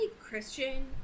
Christian